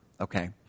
okay